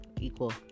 equal